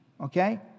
Okay